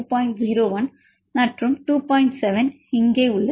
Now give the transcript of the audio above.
7 இங்கே உள்ளது